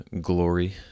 glory